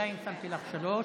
בינתיים שמתי לך שלוש.